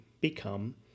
become